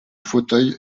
fauteuil